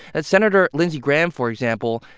ah senator lindsey graham, for example,